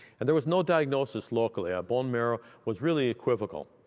and there was no diagnosis locally. ah bone marrow was really equivocal.